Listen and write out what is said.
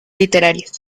literarios